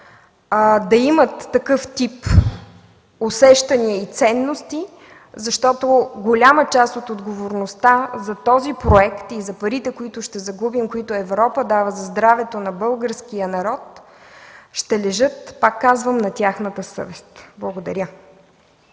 да имат такъв тип усещания и ценности, защото голяма част от отговорността за този проект и за парите, които ще загубим, които Европа дава за здравето на българския народ, ще лежи, пак казвам, на тяхната съвест. Благодаря.